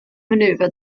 maneuver